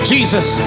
Jesus